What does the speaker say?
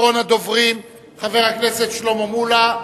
אחרון הדוברים, חבר הכנסת שלמה מולה.